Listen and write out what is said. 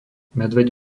medveď